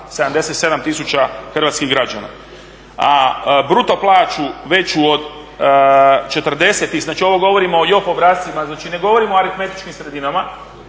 tisuća hrvatskih građana. A bruto plaću veću od 40 tisuća, ovo govorimo o JOP obrascima, znači ne govorimo o aritmetičkim sredinama,